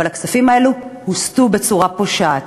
אבל הכספים האלה הוסטו בצורה פושעת.